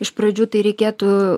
iš pradžių tai reikėtų